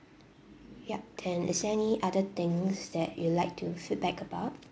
yup then is any other things that you like to feedback about